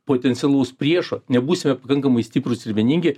potencialaus priešo nebūsime pakankamai stiprūs ir vieningi